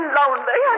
lonely